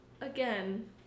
again